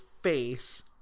face